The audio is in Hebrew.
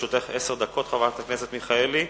לרשותך עשר דקות, חברת הכנסת מיכאלי.